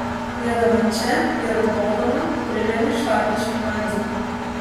stovėdama čia ir raudodama primeni šlapią šimpanzę